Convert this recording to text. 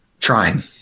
Trying